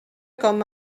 com